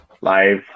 live